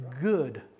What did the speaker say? Good